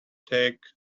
take